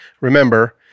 Remember